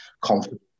confident